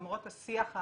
למרות השיח,